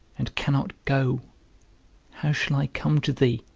and cannot go how shall i come to thee?